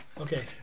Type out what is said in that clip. Okay